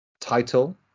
title